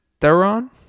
Theron